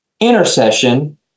intercession